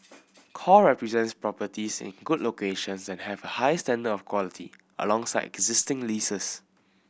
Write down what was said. core represents properties in good locations and have a high standard of quality alongside existing leases